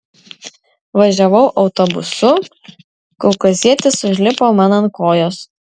važiavau autobusu kaukazietis užlipo man ant kojos